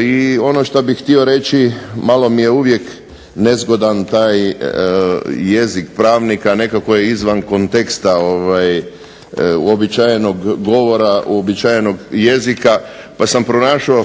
i ono što bih htio reći, malo mi je uvijek nezgodan taj jezik pravnika, nekako je izvan konteksta uobičajenog govora, uobičajenog jezika. Pa sam pronašao